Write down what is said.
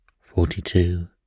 Forty-two